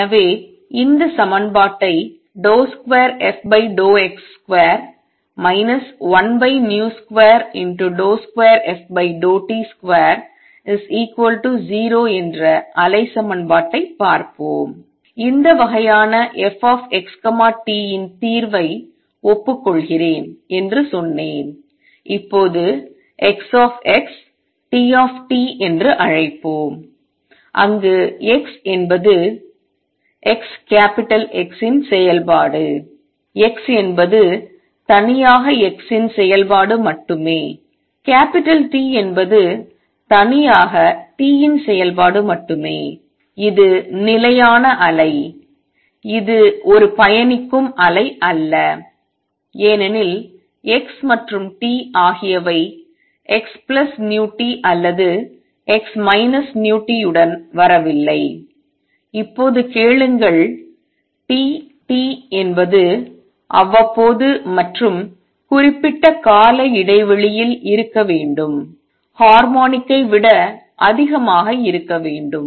எனவே இந்த சமன்பாட்டை 2fx2 1v22ft20 என்ற அலை சமன்பாட்டைப் பார்ப்போம் இந்த வகையான f xt இன் தீர்வை ஒப்புக்கொள்கிறேன் என்று சொன்னேன் இப்போது X T என்று அழைப்போம் அங்கு x என்பது x கேப்பிட்டல் X இன் செயல்பாடு X என்பது தனியாக x ன் செயல்பாடு மட்டுமே கேப்பிட்டல் T என்பது தனியாக t இன் செயல்பாடு மட்டுமே இது நிலையான அலை இது ஒரு பயணிக்கும் அலை அல்ல ஏனெனில் x மற்றும் t ஆகியவை xvt அல்லது x vt உடன் வரவில்லை இப்போது கேளுங்கள் T t என்பது அவ்வப்போது மற்றும் குறிப்பிட்ட கால இடைவெளியில் இருக்க வேண்டும் ஹார்மோனிக்கை விட அதிகமாக இருக்க வேண்டும்